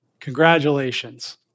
Congratulations